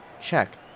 Check